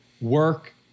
work